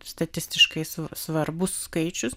statistiškai svarbus skaičius